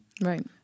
Right